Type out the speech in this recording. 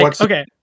okay